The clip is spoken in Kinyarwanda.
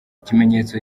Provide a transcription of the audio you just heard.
ikimenyetso